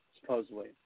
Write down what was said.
supposedly